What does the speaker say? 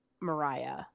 Mariah